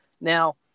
Now